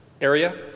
area